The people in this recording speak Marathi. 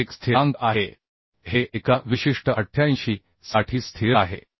85 तो एक स्थिरांक आहे हे एका विशिष्ट 88 साठी स्थिर आहे